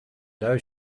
though